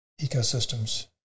ecosystems